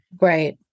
Right